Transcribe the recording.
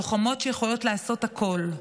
לוחמות שיכולות לעשות הכול.